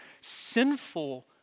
sinful